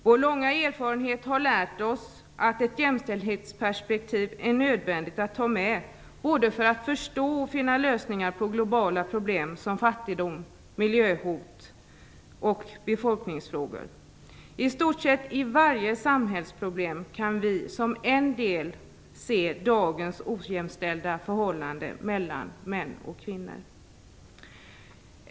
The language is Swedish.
Vår långa erfarenhet har lärt oss att ett jämställdhetsperspektiv är nödvändigt att ta med både för att förstå och för att finna lösningar på globala problem som fattigdom, miljöhot och befolkningsfrågor. I stort sett i varje samhällsproblem kan vi som en del se dagens ojämställda förhållande mellan män och kvinnor.